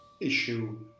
issue